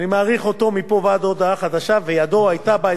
וידו היתה בהסכם הזה כשותף מלא